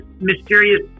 mysterious